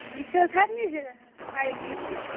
یہِ چھا سارِنٕے جایَن یِیٛوٗتُے